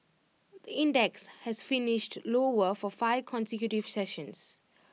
the index has finished lower for five consecutive sessions